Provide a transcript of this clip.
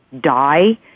die